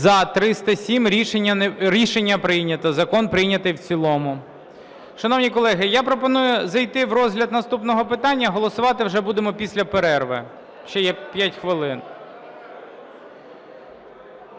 За-307 Рішення прийнято. Закон прийнятий в цілому. Шановні колеги, я пропоную зайти в розгляд наступного питання, а голосувати вже будемо після перерви, ще є 5 хвилин.